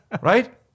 right